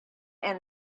and